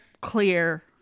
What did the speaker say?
clear